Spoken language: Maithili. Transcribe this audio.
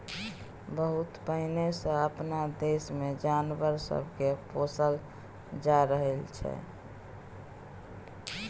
बहुत पहिने सँ अपना देश मे जानवर सब के पोसल जा रहल छै